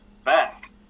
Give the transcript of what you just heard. back